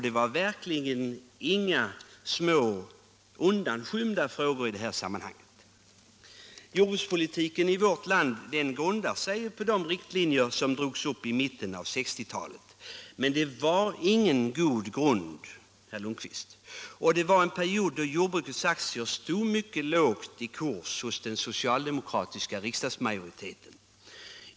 Det var verkligen inga små undanskymda frågor i dessa sammanhang. Jordbrukspolitiken i vårt land grundar sig på de riktlinjer som drogs upp i mitten av 1960-talet, men det var ingen god grund som då lades, herr Lundkvist. Det var en tid då jordbrukets aktier stod mycket lågt i kurs hos den socialdemokratiska riksdagsmajoriteten.